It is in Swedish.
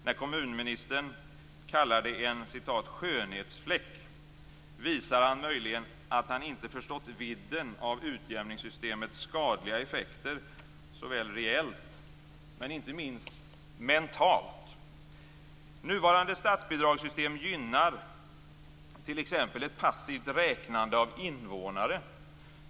När kommunministern kallar det en skönhetsfläck visar han möjligen att han inte förstått vidden av utjämningssystemets skadliga effekter reellt, och inte minst mentalt. Nuvarande statsbidragssystem gynnar t.ex. ett passivt räknande av invånare.